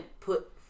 put